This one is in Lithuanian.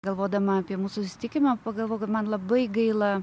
galvodama apie mūsų susitikimą pagalvojau kad man labai gaila